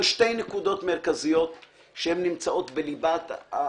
שתי נקודות מרכזיות שנמצאות בליבת הצו.